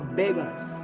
beggars